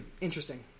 Interesting